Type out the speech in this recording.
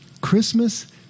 Christmas